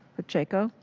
pacheco.